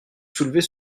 soulevez